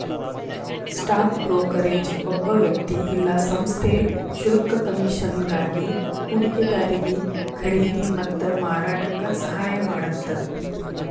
stock brokerage ಒಬ್ಬ ವ್ಯಕ್ತಿ ಇಲ್ಲಾ ಸಂಸ್ಥೆ ಶುಲ್ಕ ಕಮಿಷನ್ಗಾಗಿ ಹೂಡಿಕೆದಾರಿಗಿ ಖರೇದಿ ಮತ್ತ ಮಾರಾಟಕ್ಕ ಸಹಾಯ ಮಾಡತ್ತ